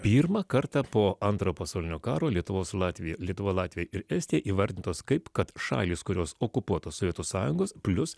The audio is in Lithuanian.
pirmą kartą po antrojo pasaulinio karo lietuvos latvija lietuva latvija ir estija įvardytos kaip kad šalys kurios okupuotos sovietų sąjungos plius